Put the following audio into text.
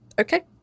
Okay